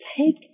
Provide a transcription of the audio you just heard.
take